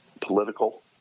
political